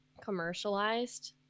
commercialized